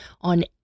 on